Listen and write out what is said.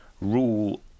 rule